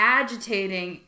agitating